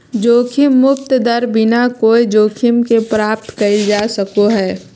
जोखिम मुक्त दर बिना कोय जोखिम के प्राप्त कइल जा सको हइ